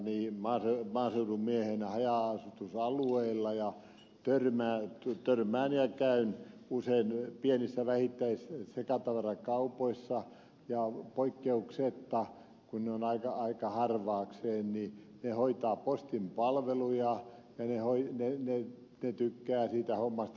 liikun usein maaseudun miehenä haja asutusalueilla ja käyn usein pienissä vähittäissekatavarakaupoissa ja poikkeuksetta kun ne ovat aika harvakseen ne hoitavat postin palveluja ja ne tykkäävät siitä hommasta